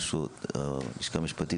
הלשכה המשפטית,